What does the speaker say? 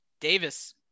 Davis